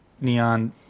neon